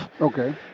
Okay